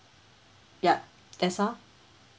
ya that's all